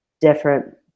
different